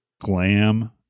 glam